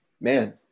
man